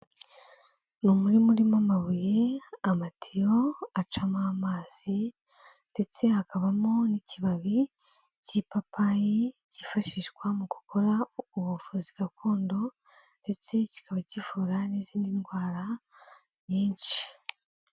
Ni umurima urimo amabuye, amatiyo acamo amazi ndetse hakabamo n'ikibabi cy'ipapayi cyifashishwa mu gukora ubuvuzi gakondo ndetse kikaba kivura n'izindi ndwara nyinshi.